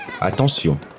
Attention